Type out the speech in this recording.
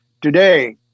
Today